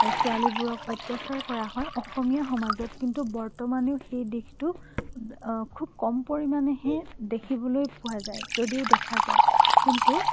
ছোৱালীবোৰক অত্যাচাৰ কৰা হয় অসমীয়া সমাজত কিন্তু বৰ্তমানেও সেই দিশটো খুব কম পৰিমাণেহে দেখিবলৈ পোৱা যায় যদিও দেখা যায় কিন্তু